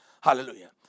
Hallelujah